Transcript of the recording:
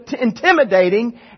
intimidating